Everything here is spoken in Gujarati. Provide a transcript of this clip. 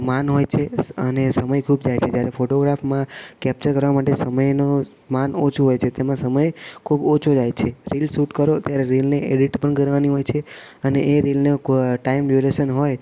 માંગ હોય છે અને સમય ખૂબ જાય છે જ્યારે ફોટોગ્રાફમાં કેપ્ચર કરવા માટે સમયનો માંગ ઓછું હોય છે તેમાં સમય ખૂબ ઓછો જાય છે રિલ સૂટ કરો ત્યારે રિલને એડિટ પણ કરવાની હોય છે અને એ રિલને કો ટાઈમ ડ્યુરેશન હોય